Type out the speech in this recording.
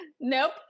Nope